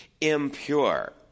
impure